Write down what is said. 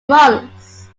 months